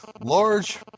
large